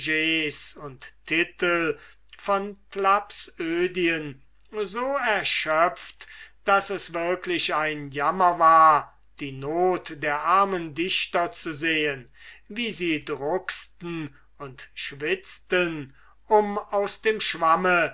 und titel von thlapsödien so erschöpft daß es wirklich ein jammer war die not der armen dichter zu sehen wie sie druckten und schwitzten um aus dem schwamme